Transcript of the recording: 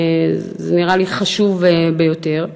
זה נראה לי חשוב ביותר.